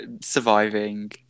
surviving